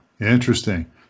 Interesting